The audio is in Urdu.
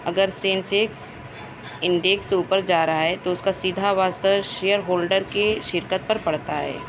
اگر سینسیکس انڈیکس اوپر جا رہا ہے تو اس کا سیدھا واسطہ شیئر ہولڈر کے شرکت پر پڑتا ہے